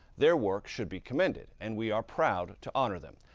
their work should be commended and we are proud to honor them.